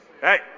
hey